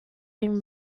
been